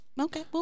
okay